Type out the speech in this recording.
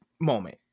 moment